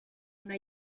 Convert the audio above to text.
una